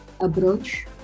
approach